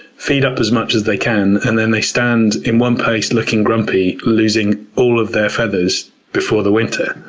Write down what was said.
feed up as much as they can, and then they stand in one place, looking grumpy, losing all of their feathers before the winter.